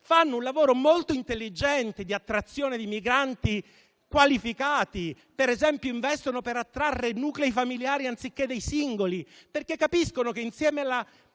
fanno un lavoro molto intelligente di attrazione di migranti qualificati: per esempio, investono per attrarre nuclei familiari anziché singoli, perché capiscono che, insieme alla